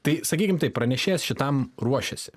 tai sakykim taip pranešėjas šitam ruošėsi